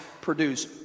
produce